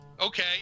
okay